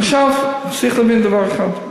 עכשיו, צריך להבין דבר אחד: